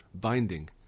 binding